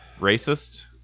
racist